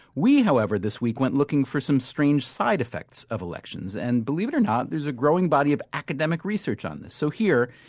we, however, this week went looking for some strange side effects of elections. and believe it or not, there's a growing body of academic research on this. so here,